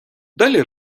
далі